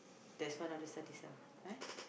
that's one of the studies ah right